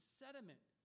sediment